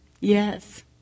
Yes